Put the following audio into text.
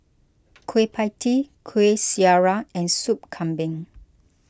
Kueh Pie Tee Kueh Syara and Soup Kambing